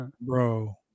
bro